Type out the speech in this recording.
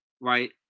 right